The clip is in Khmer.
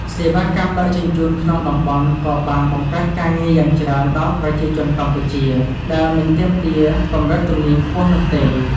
សេវាកម្មដឹកជញ្ជូនក្នុងតំបន់ក៏បានបង្កើតការងារយ៉ាងច្រើនដល់ប្រជាជនកម្ពុជា ដែលមិនទាមទារកម្រិតជំនាញខ្ពស់នោះទេ។